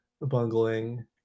bungling